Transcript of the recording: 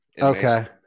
Okay